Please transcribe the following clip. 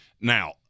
Now